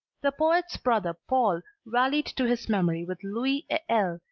the poet's brother paul rallied to his memory with lui et elle,